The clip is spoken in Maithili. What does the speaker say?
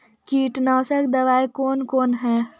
कीटनासक दवाई कौन कौन हैं?